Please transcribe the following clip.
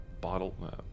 bottle